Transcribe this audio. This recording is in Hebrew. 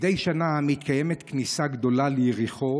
מדי שנה מתקיימת כניסה גדולה ליריחו